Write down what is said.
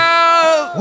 out